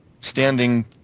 standing